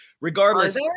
regardless